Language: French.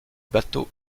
bateau